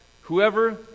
Whoever